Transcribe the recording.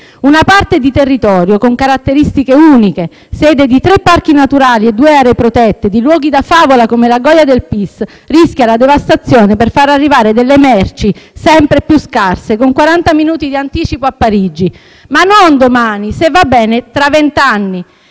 una parte di territorio con caratteristiche uniche, sede di tre parchi naturali e due aree protette, di luoghi da favola come la Goja del Pis, che rischia la devastazione per far arrivare delle merci sempre più scarse con quaranta minuti di anticipo a Parigi, ma non domani; se va bene tra vent'anni.